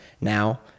now